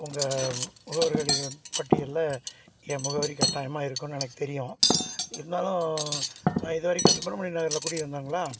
உங்கள் முகவரிகளின் பட்டியலில் என் முகவரி கட்டாயமாக இருக்கும்னு எனக்குத் தெரியும் இருந்தாலும் நான் இது வரைக்கும் சுப்ரமணிய நகரில் குடியிருந்தேங்களா